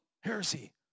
heresy